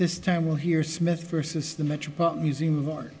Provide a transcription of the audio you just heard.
this time we'll hear smith versus the metropolitan museum of art